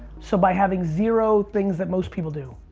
so by having zero things that most people do.